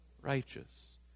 Righteous